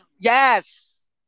Yes